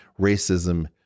racism